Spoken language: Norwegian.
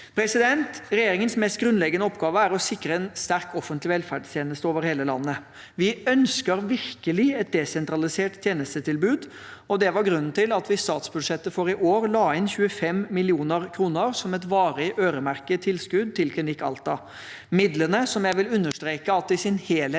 i Alta. Regjeringens mest grunnleggende oppgave er å sikre en sterk offentlig velferdstjeneste over hele landet. Vi ønsker virkelig et desentralisert tjenestetilbud, og det er grunnen til at vi i statsbudsjettet for i år la inn 25 mill. kr som et varig øremerket tilskudd til Klinikk Alta. Midlene, som jeg vil understreke at i sin helhet